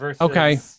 Okay